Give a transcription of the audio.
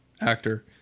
Actor